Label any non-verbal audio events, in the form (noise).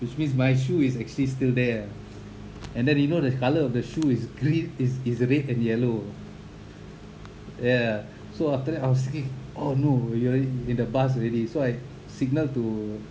which means my shoe is actually still there ah and then you know the colour of the shoe is green is is red and yellow ya (breath) so after that I was thinking oh no we are in the bus already so I signal to